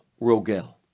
Rogel